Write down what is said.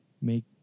make